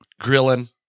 grilling